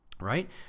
right